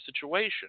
situation